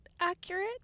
accurate